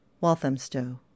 Walthamstow